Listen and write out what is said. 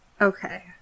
Okay